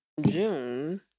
June